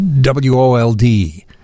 W-O-L-D